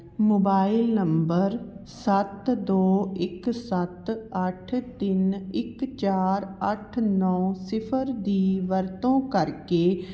mobile number ਸੱਤ ਦੋ ਇੱਕ ਸੱਤ ਅੱਠ ਤਿੰਨ ਇੱਕ ਚਾਰ ਅੱਠ ਨੌ ਸਿਫਰ ਦੀ ਵਰਤੋਂ ਕਰਕੇ